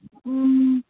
ꯎꯝ